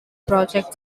project